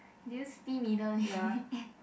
do you see middle lane